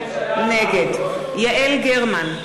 נגד יעל גרמן,